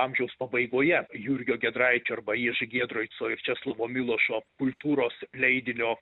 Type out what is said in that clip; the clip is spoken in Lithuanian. amžiaus pabaigoje jurgio giedraičio arba jež giedraico ir česlovo milošo kultūros leidinio